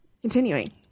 continuing